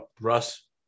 Russ